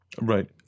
Right